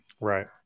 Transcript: Right